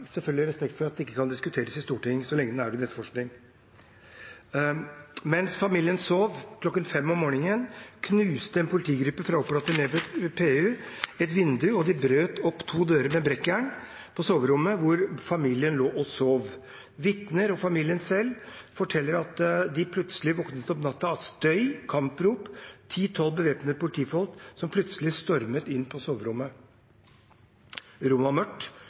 selvfølgelig respekt for at den ikke kan diskuteres i Stortinget så lenge den er under etterforskning. Mens familien sov, kl. 5 om morgenen, knuste en politigruppe fra Politiets utlendingsenhet, PU, et vindu og brøt opp to dører med brekkjern på soverommet der familien lå og sov. Vitner og familien selv forteller at de plutselig våknet om natten av støy og kamprop da ti–tolv bevæpnede politifolk plutselig stormet inn på soverommet.